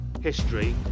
history